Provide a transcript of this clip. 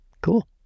cool